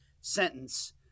sentence